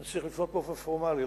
אני צריך לפנות באופן פורמלי,